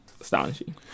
astonishing